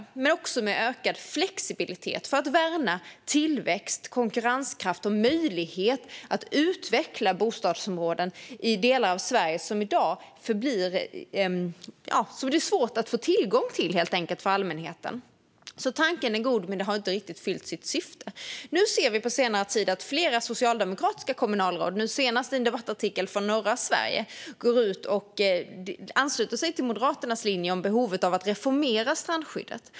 Vi vill också ha ökad flexibilitet för att värna tillväxt, konkurrenskraft och möjlighet att utveckla bostadsområden i delar av Sverige som det i dag är svårt för allmänheten att få tillgång till. Tanken är alltså god, men skyddet har inte riktigt fyllt sitt syfte. På senare tid har vi sett att flera socialdemokratiska kommunalråd, senast i en debattartikel från norra Sverige, gått ut och anslutit sig till Moderaternas linje om behovet av att reformera strandskyddet.